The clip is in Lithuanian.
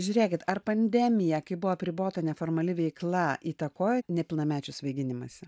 žiūrėkit ar pandemija kai buvo apribota neformali veikla įtakoja nepilnamečių svaiginimąsi